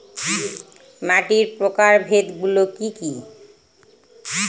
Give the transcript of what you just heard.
মাটির প্রকারভেদ গুলো কি কী?